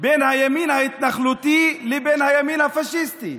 בין הימין ההתנחלותי לבין הימין הפשיסטי,